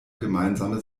gemeinsame